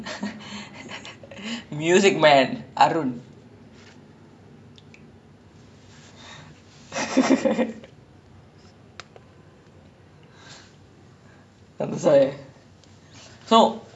!wah! அதலா வாய்ப்பே இல்ல தம்பி:athala vaaippae illa thambi but like யோசிச்சு பாக்குறதுக்கு நல்லாதா இருக்கு:yosichu paakkurathukku nallaathaa irukku lah superhero for music !wah! but like ah